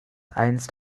einst